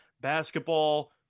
basketball